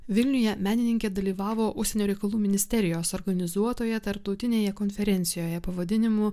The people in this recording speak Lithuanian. vilniuje menininkė dalyvavo užsienio reikalų ministerijos organizuotoje tarptautinėje konferencijoje pavadinimu